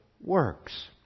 works